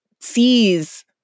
sees